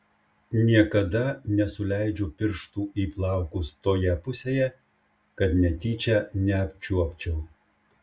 niekada nesuleidžiu pirštų į plaukus toje pusėje kad netyčia neapčiuopčiau